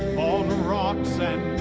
on rocks and